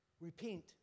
Repent